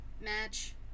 match